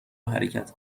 حرکت